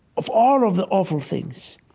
of all of the awful things,